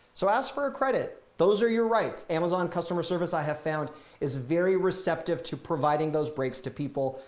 so ask for credit. those are your rights amazon customer service i have found is very receptive to providing those breaks to people.